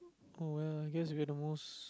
oh well I guess we're the most